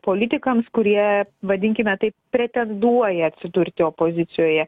politikams kurie vadinkime taip pretenduoja atsidurti opozicijoje